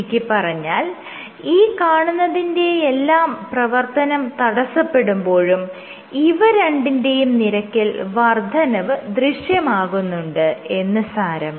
ചുരുക്കിപ്പറഞ്ഞാൽ ഈ കാണുന്നതിന്റെയെല്ലാം പ്രവർത്തനം തടസ്സപ്പെടുമ്പോഴും ഇവ രണ്ടിന്റെയും നിരക്കിൽ വർദ്ധനവ് ദൃശ്യമാകുന്നുണ്ട് എന്ന് സാരം